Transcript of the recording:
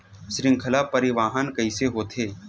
श्रृंखला परिवाहन कइसे होथे?